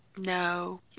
No